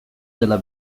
dela